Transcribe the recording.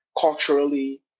culturally